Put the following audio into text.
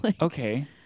Okay